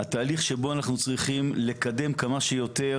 התהליך שבו אנחנו צריכים לקדם כמה שיותר